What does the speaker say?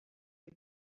fil